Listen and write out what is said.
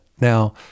Now